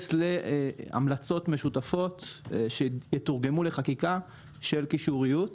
להמלצות משותפות שיתורגמו לחקיקה של קישוריות,